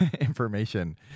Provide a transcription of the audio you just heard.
information